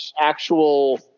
actual